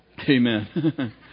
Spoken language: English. Amen